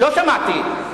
זה באמת רמה.